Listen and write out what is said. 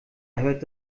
hört